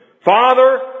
Father